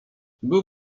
był